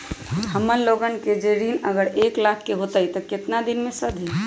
हमन लोगन के जे ऋन अगर एक लाख के होई त केतना दिन मे सधी?